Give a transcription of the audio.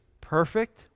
perfect